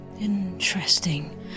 Interesting